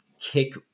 kick